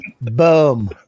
boom